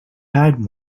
had